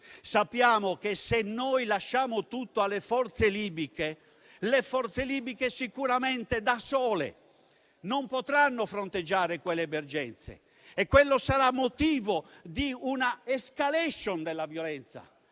sappiamo che se noi lasciamo tutto alle forze libiche, quelle sicuramente da sole non potranno fronteggiare quelle emergenze e quello sarà motivo di una *escalation* della violenza